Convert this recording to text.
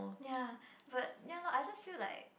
ya but ya loh I also feel like